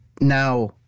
now